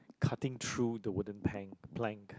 cutting through the wooden plank plank